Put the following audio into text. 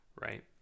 right